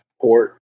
port